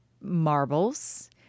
marbles